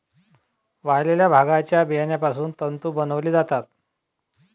वाळलेल्या भांगाच्या बियापासून तंतू बनवले जातात